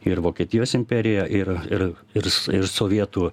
ir vokietijos imperiją ir ir ir ir sovietų